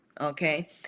Okay